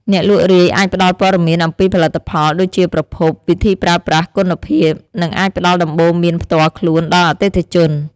អ្នកលក់រាយអាចផ្តល់ព័ត៌មានអំពីផលិតផល ដូចជាប្រភព វិធីប្រើប្រាស់ គុណភាព និងអាចផ្តល់ដំបូន្មានផ្ទាល់ខ្លួនដល់អតិថិជន។